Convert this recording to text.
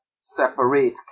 separate